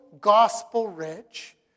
gospel-rich